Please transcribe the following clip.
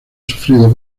sufrido